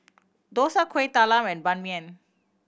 dosa Kuih Talam and Ban Mian